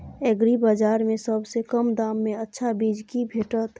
एग्रीबाजार में सबसे कम दाम में अच्छा चीज की भेटत?